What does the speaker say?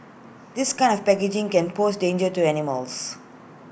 this kind of packaging can pose danger to animals